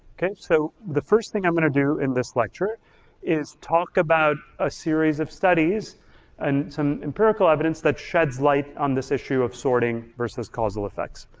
okay? so the first thing i'm gonna go in this lecture is talk about a serious of studies and some empirical evidence that sheds light on this issue of sorting versus causal effects.